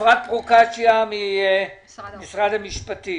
אפרת פרוקצ'יה ממשרד האוצר.